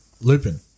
Lupin